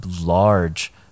large